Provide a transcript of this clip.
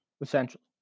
essentially